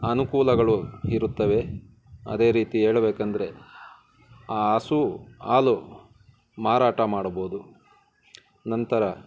ಅನುಕೂಲಗಳು ಇರುತ್ತವೆ ಅದೇ ರೀತಿ ಹೇಳ್ಬೇಕಂದ್ರೆ ಆ ಹಸು ಹಾಲು ಮಾರಾಟ ಮಾಡಬೋದು ನಂತರ